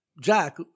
Jack